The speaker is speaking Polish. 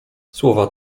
słowa